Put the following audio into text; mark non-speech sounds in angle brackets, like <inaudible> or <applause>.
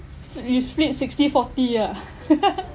so you split sixty forty ah <laughs>